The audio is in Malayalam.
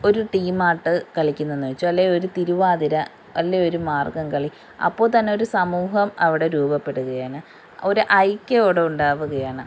ഒരു ടീമായിട്ട് കളിക്കുന്നുയെന്ന് വച്ചോ അല്ലെങ്കിൽ ഒരു തിരുവാതിര അല്ലെങ്കിൽ ഒരു മാർഗ്ഗംകളി അപ്പോൾ തന്നെ ഒരു സമൂഹം അവിടെ രൂപപ്പെടുകയാണ് ഒരു ഐക്യം അവിടെ ഉണ്ടാവുകയാണ്